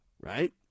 right